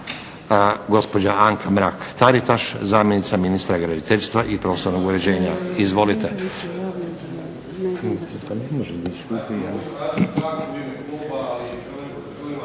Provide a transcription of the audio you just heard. Gospođa Anka Mrak-Taritaš, zamjenica ministra graditeljstva i prostornog uređenja. Izvolite.